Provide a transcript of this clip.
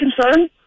concern